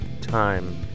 time